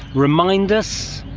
remind us,